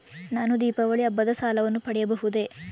ನಾನು ದೀಪಾವಳಿ ಹಬ್ಬದ ಸಾಲವನ್ನು ಪಡೆಯಬಹುದೇ?